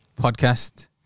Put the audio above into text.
podcast